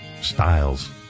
Styles